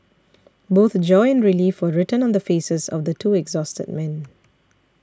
both joy and relief were written on the faces of the two exhausted men